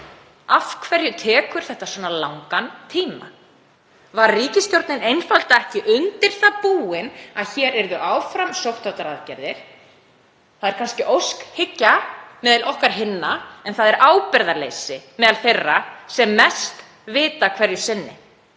Af hverju tekur þetta svona langan tíma? Var ríkisstjórnin einfaldlega ekki undir það búin að hér yrðu áfram sóttvarnaaðgerðir? Það er kannski óskhyggja meðal okkar hinna en það er ábyrgðarleysi meðal þeirra sem mest vita hverju sinni.